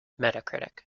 metacritic